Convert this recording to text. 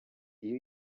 iyo